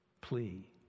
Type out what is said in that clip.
plea